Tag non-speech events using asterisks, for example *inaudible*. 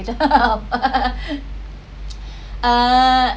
*laughs* uh